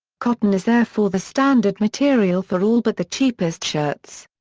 cotton is therefore the standard material for all but the cheapest shirts.